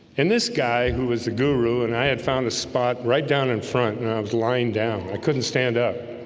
and this guy who was the guru and i had found a spot right down in front and i was lying down i couldn't stand up